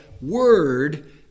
word